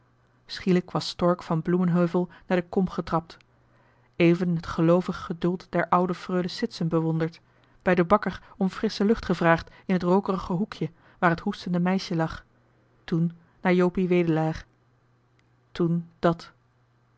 schielijk was stork van bloemenheuvel naar de kom getrapt even het geloovig geduld der oude freule sitsen bewonderd bij den bakker om frissche lucht gevraagd in het rookerige hoekje waar het hoestende meisje lag toen naar jopie wedelaar toen dat